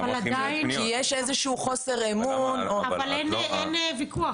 יש איזשהו חוסר אמון --- אבל אין ויכוח.